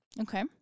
Okay